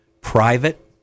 private